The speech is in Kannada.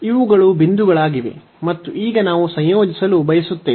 ಇವುಗಳು ಬಿಂದುಗಳಾಗಿವೆ ಮತ್ತು ಈಗ ನಾವು ಸಂಯೋಜಿಸಲು ಬಯಸುತ್ತೇವೆ